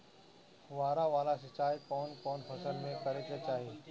फुहारा वाला सिंचाई कवन कवन फसल में करके चाही?